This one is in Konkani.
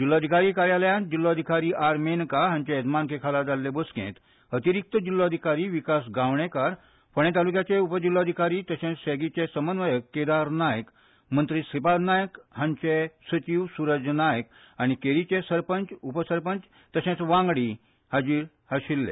जिल्ल्याधिकारी कार्यालयांत जिल्ल्याधिकारी आर मेनका हांचे येजमानके खाला जाल्ले बसकेंत अतिरिक्त जिल्ल्याधिकारी विकास गावडेकार फोंडें म्हालाचे उपजिल्ल्याधिकारी तशेंच सँीचे समन्वयक केदार नायक आनी मंत्री नायक हांचे सचीव सूरज नायक आनी केरीचे सरपंच उपसरपंच पंच हाजीर आशिल्ले